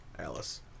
Alice